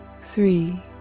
Three